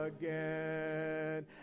again